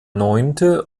neunte